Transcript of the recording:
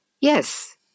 Yes